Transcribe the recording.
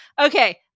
Okay